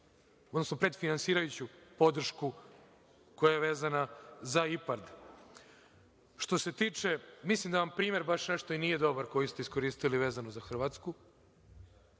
za predfinansirajuću podršku koja je vezana za IPARD.Mislim da vam primer baš nešto i nije dobar koji ste iskoristili, vezano za Hrvatsku,